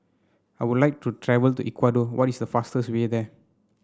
I would like to travel to Ecuador what is the fastest way there